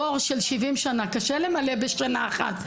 בור של 70 שנה קשה למלא בשנה אחת,